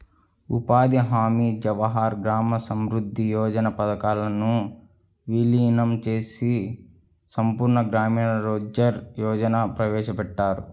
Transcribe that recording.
ఉపాధి హామీ, జవహర్ గ్రామ సమృద్ధి యోజన పథకాలను వీలీనం చేసి సంపూర్ణ గ్రామీణ రోజ్గార్ యోజనని ప్రవేశపెట్టారు